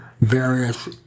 various